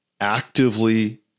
actively